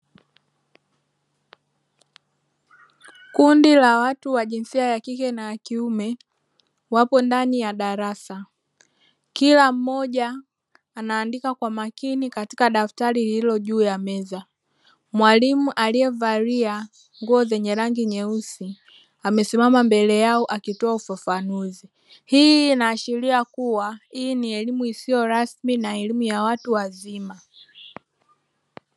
Kundi la watu wa jinsia ya kike na kiume wapo ndani ya darasa kila mmoja anaandika kwa makini katika daftari hilo juu ya meza, mwalimu aliyevalia nguo zenye rangi nyeusi amesimama mbele yao akitowa ufafanuzi hii inaashilia kuwa hii ni elimu isiyo rasmi na elimu ya watu wazima.